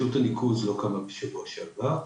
רשות הניקוז לא קמה בשבוע שעבר,